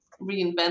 reinvent